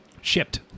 Shipped